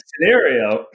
scenario